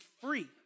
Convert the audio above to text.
free